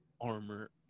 armor